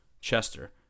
Chester